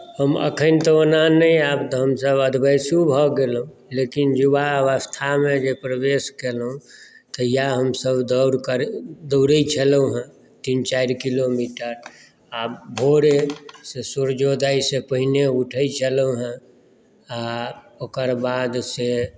हम अखन तऽ ओना नहि आब तऽ हम अधवयसू भऽ गेलहुँ लेकिन युवावस्थामे जे प्रवेश केलहुँ तऽ इएह हमसभ दौड़ करैत दौड़य छलहुँ हेँ तीन चारि किलोमीटर आ भोरेसँ सूर्योदयसँ पहिने उठैत छलहुँ हेँ आ ओकर बाद से